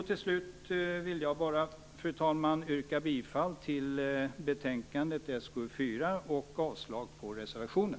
Till slut, fru talman, vill jag bara yrka bifall till hemställan i betänkandet SkU4 och avslag på reservationen.